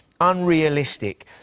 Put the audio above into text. unrealistic